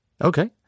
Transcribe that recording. Okay